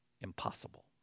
impossible